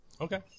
Okay